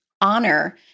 honor